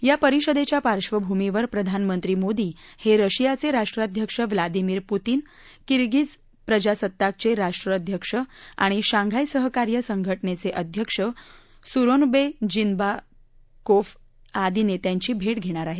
या परिषदेच्या पार्श्वभूमीवर प्रधानमंत्री मोदी हे रशियाचे राष्ट्राध्क्ष व्लादिमीर पुतीन किरगीज प्रजासत्ताकाचे राष्ट्राध्क्ष आणि शांघाय सहकार्य संघटनेचे अध्यक्ष सुरोनबे जिनबाकोफ आदी नेत्यांची भेट घेणार आहेत